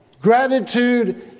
Gratitude